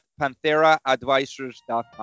PantheraAdvisors.com